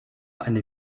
eine